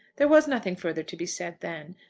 there was nothing further to be said then.